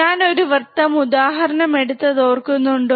ഞാൻ ഒരു വൃത്തം ഉദാഹരണം എടുത്തത് ഓർക്കുന്നുണ്ടോ